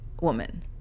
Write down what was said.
woman